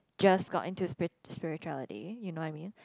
just got into spiri~ spirituality you know what I mean